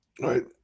right